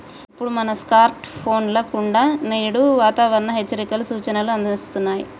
ఇప్పుడు మన స్కార్ట్ ఫోన్ల కుండా నేడు వాతావరణ హెచ్చరికలు, సూచనలు అస్తున్నాయి